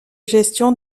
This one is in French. gestion